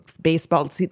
baseball